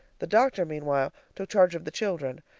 the doctor meanwhile took charge of the children.